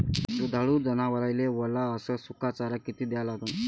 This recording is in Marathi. दुधाळू जनावराइले वला अस सुका चारा किती द्या लागन?